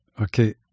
okay